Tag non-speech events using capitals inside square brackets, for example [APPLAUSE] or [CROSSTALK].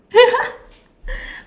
[LAUGHS]